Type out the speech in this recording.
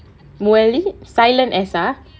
muesli silent S R